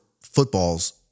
footballs